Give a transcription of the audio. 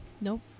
Nope